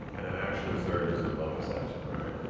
and an action surge is a bonus action, right?